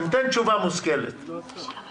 תן לי תשובה מושכלת לשאלה הזו.